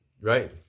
Right